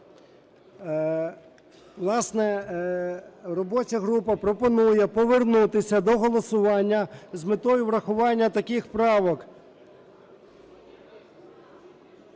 власне, робоча група пропонує повернутися до голосування з метою врахування таких правок: